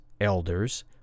elders